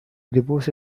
depose